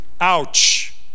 Ouch